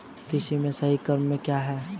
कृषि में सही क्रम क्या है?